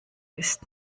ist